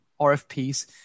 RFPs